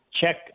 check